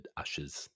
ushers